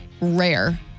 rare